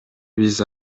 биз